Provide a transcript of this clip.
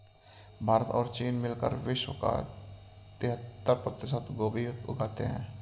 भारत और चीन मिलकर विश्व का तिहत्तर प्रतिशत गोभी उगाते हैं